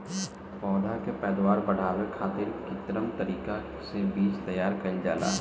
पौधा के पैदावार बढ़ावे खातिर कित्रिम तरीका से बीज तैयार कईल जाला